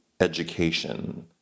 education